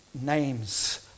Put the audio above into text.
names